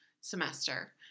semester